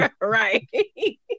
Right